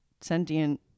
sentient